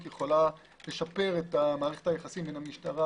יכולה לשפר את מערכת היחסים בין המשטרה